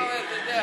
לא, אתה יודע.